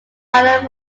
minor